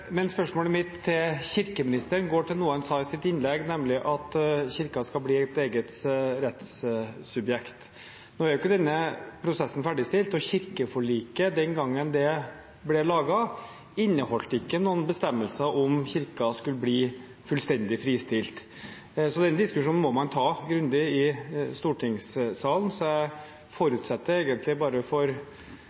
Spørsmålet mitt til kirkeministeren går på noe han sa i sitt innlegg – nemlig at kirken skal bli et eget rettssubjekt. Nå er jo ikke denne prosessen ferdigstilt, og kirkeforliket – den gangen det ble laget – inneholdt ikke noen bestemmelser om hvorvidt kirken skulle bli fullstendig fristilt. Den diskusjonen må man ta grundig i stortingssalen. Så jeg forutsetter egentlig bare – skal vi si for